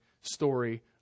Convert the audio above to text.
story